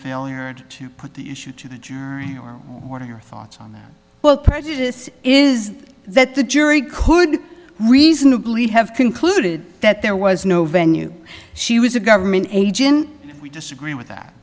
failure to put the issue to the jury or order your thoughts on that well prejudice is that the jury could reasonably have concluded that there was no venue she was a government agent we disagree with that